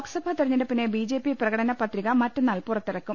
ലോക്സഭാ തെരഞ്ഞെടുപ്പിന് ബിജെപി പ്രകടനപത്രിക മറ്റ ന്നാൾ പുറത്തിറക്കും